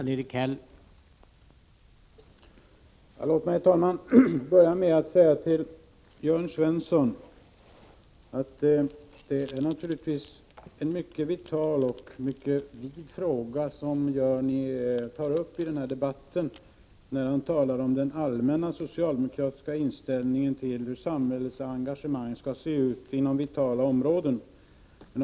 Herr talman! Låt mig börja med att säga till Jörn Svensson att det naturligtvis är en mycket vid fråga som han tar uppi den här debatten när han talar om den allmänna socialdemokratiska inställningen till hur samhällets engagemang skall se ut inom vitala områden.